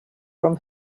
from